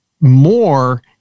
more